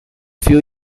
few